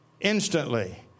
instantly